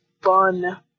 fun